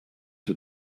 had